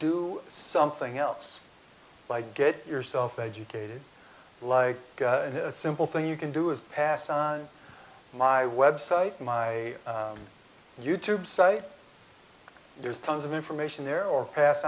do something else like get yourself educated like a simple thing you can do is pass size my website my youtube site there's tons of information there or pass